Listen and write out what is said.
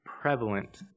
prevalent